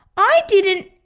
i didn't.